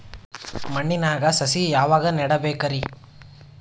ಮಣ್ಣಿನಾಗ ಸಸಿ ಯಾವಾಗ ನೆಡಬೇಕರಿ?